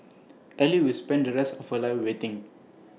ally will spend the rest for life waiting